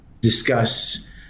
discuss